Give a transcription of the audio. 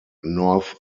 north